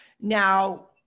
Now